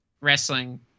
Wrestling